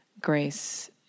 grace